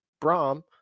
brahm